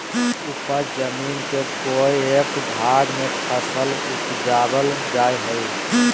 उपज जमीन के कोय एक भाग में फसल उपजाबल जा हइ